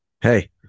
Hey